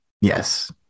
yes